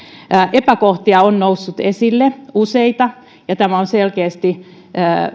epäkohtia on noussut esille useita ja tämä on selkeästi